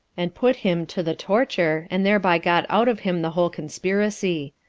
and put him to the torture, and thereby got out of him the whole conspiracy.